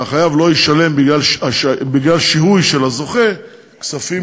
שהחייב לא ישלם בגלל שיהוי של הזוכה כספים